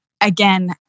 again